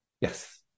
Yes